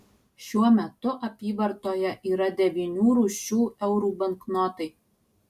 šiuo metu apyvartoje yra devynių rūšių eurų banknotai